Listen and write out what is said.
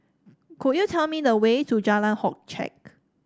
could you tell me the way to Jalan Hock Chye